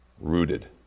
rooted